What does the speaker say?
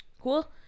Cool